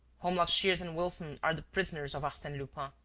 holmlock shears and wilson are the prisoners of arsene lupin.